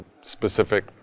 specific